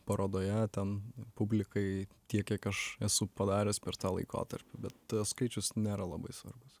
parodoje ten publikai tiek kiek aš esu padaręs per tą laikotarpį bet skaičius nėra labai svarbus